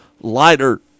lighter